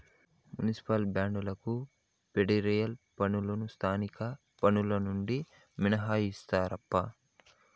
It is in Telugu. మునిసిపల్ బాండ్లకు ఫెడరల్ పన్నులు స్థానిక పన్నులు నుండి మినహాయిస్తారప్పా